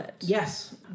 Yes